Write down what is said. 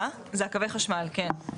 הקווי חשמל, כן.